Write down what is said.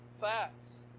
facts